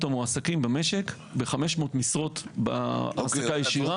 המועסקים במשק ב-500 משרות בקליטה ישירה.